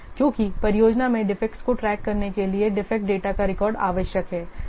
क्योंकि परियोजना में डिफेक्टस को ट्रैक करने के लिए डिफेक्ट डेटा का रिकॉर्ड आवश्यक है